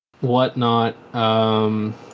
whatnot